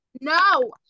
No